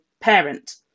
parent